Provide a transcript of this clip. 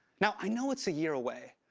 now, i know it's a year away,